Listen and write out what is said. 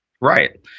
Right